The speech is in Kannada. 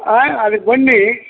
ಹಾಂ ಅಲ್ಲಿಗೆ ಬನ್ನಿ